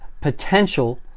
potential